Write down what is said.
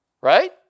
right